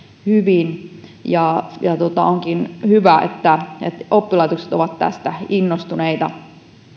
hyvin ja onkin hyvä että oppilaitokset ovat tästä innostuneita